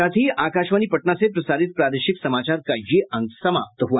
इसके साथ ही आकाशवाणी पटना से प्रसारित प्रादेशिक समाचार का ये अंक समाप्त हुआ